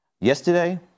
Yesterday